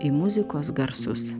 į muzikos garsus